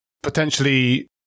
potentially